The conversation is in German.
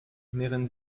mehren